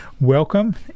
welcome